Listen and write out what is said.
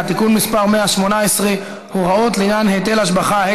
(תיקון מס' 118) (הוראות לעניין היטל השבחה),